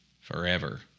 forever